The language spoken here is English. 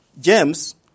James